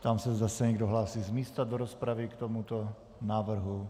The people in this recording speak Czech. Ptám se, zda se někdo hlásí z místa do rozpravy k tomuto návrhu.